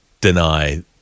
deny